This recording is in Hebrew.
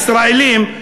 ישראלים,